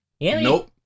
Nope